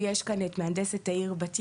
נמצאת כאן מהנדסת העיר בת ים.